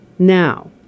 Now